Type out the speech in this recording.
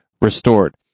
restored